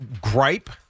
gripe